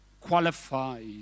qualified